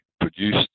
produced